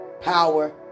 power